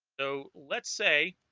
so let's say